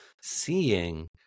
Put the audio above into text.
seeing